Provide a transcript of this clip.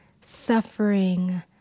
suffering